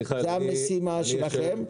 זו המשימה שלכם.